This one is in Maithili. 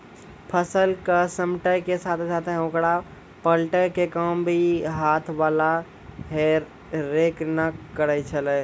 फसल क समेटै के साथॅ साथॅ होकरा पलटै के काम भी हाथ वाला हे रेक न करै छेलै